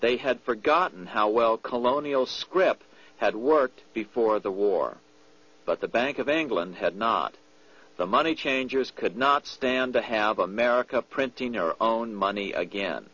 they had forgotten how well colonial scrip had worked before the war but the bank of england had not the money changers could not stand to have america printing their own money again